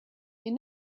you